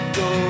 go